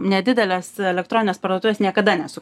nedidelės elektroninės parduotuvės niekada nesu